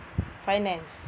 finance